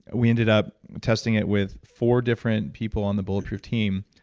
we ended up testing it with four different people on the bulletproof team.